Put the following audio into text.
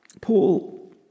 Paul